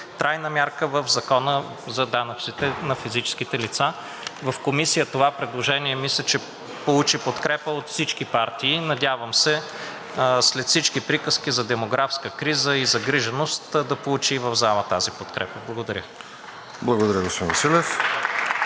трайна мярка в Закона за данъците на физическите лица. В Комисията това предложение мисля, че получи подкрепа от всички партии. Надявам се след всички приказки за демографска криза и загриженост да получи и в залата тази подкрепа. Благодаря. (Ръкопляскания